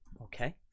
okay